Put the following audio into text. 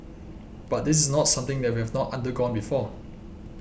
but this is not something that we have not undergone before